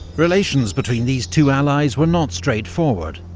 relations between these two allies were not straightforward.